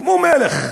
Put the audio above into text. כמו מלך,